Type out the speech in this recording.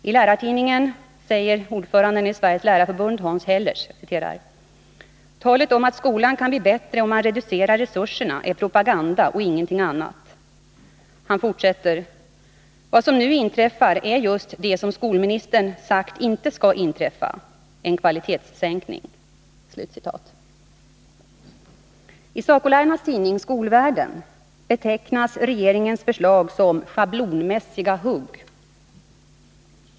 I Lärartidningen säger ordföranden i Sveriges lärarförbund Hans Hellers: ”Talet om att skolan kan bli bättre om man reducerar resurserna är propaganda och ingenting annat.” Han fortsätter: ”Vad som nu inträffar är just det som skolministern sagt inte ska inträffa: en kvalitetssänkning.” I SACO-lärarnas tidning Skolvärlden betecknas regeringens förslag som ”schablonmässiga hugg”.